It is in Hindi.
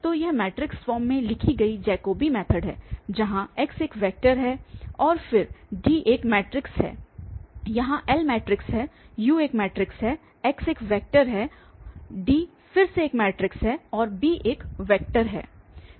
तो यह मैट्रिक्स फॉर्म में लिखी गई जैकोबी मैथड है जहाँ x एक वेक्टर है और फिर D एक मैट्रिक्स है यहां L मैट्रिक्स है U एक मैट्रिक्स है x एक वेक्टर है D फिर से एक मैट्रिक्स है और b एक वेक्टर है